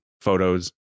photos